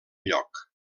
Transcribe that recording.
lloc